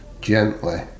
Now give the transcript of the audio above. gently